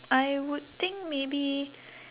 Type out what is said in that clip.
I would think maybe